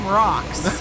rocks